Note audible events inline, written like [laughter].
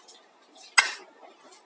[noise]